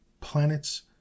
Planets